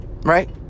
Right